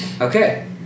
Okay